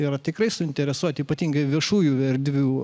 yra tikrai suinteresuoti ypatingai viešųjų erdvių